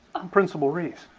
i'm principal reeves.